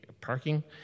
parking